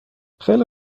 خیلی